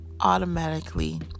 automatically